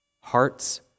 hearts